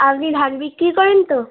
আপনি ধান বিক্রি করেন তো